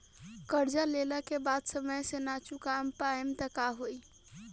कर्जा लेला के बाद समय से ना चुका पाएम त का होई?